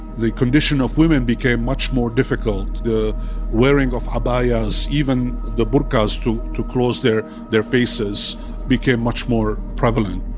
the condition of women became much more difficult. the wearing of abayas, even the burqas ah so to to close their their faces became much more prevalent.